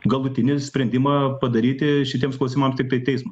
galutinį sprendimą padaryti šitiems klausimams tiktai teismo